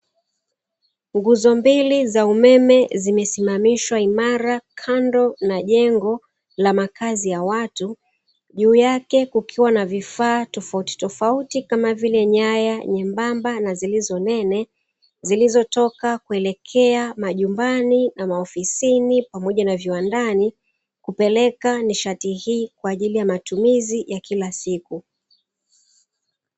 Nguzo mbili za umeme zimesimamishwa imara kando ya jengo la makazi ya watu. Juu yake kukiwa na vifaa tofautitofauti kama vile nyaya nyembamna na zilizo nene, zilizotoka kuelekea majumbani na maofisini pamoja na viwandani, kupeleka nishati hii kwa ajili ya matumizi ya kila siku.